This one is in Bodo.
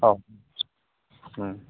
औ